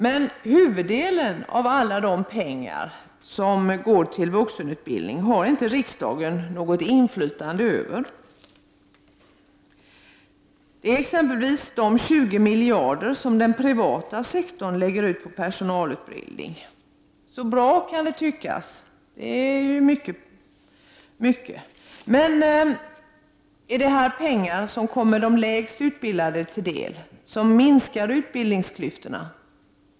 Men huvuddelen av de pengar som går till vuxenutbildningen har inte riksdagen något inflytande över — exempelvis de 20 miljarder som den privata sektorn lägger ut på personalutbildning. Så bra, kan det tyckas, det är ju mycket pengar. Men är det här pengar som kommer de lägst utbildade till del, som minskar utbildningsklyftorna?